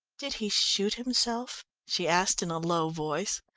did he shoot himself? she asked in a low voice.